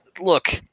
Look